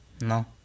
No